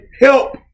help